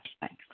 Thanks